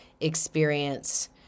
experience